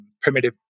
primitive